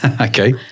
Okay